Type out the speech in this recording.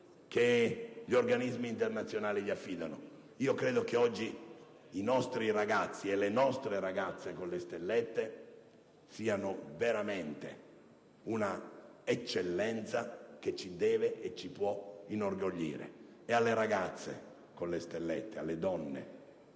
che gli organismi internazionali affidano loro. Credo che oggi i nostri ragazzi e le nostre ragazze con le stellette siano veramente una eccellenza che ci deve e ci può far inorgoglire. Ed alle ragazze con le stellette, alle donne, oggi che